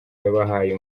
yabahaye